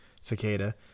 cicada